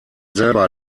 selber